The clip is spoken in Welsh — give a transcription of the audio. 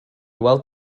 weld